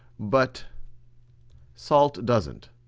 but salt doesn't.